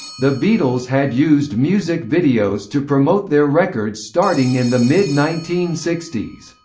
the beatles had used music videos to promote their records starting in the mid nineteen sixty s.